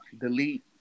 delete